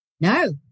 No